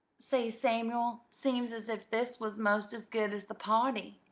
say, samuel, seems as if this was most as good as the party,